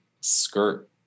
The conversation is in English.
skirt